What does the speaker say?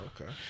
okay